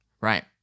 right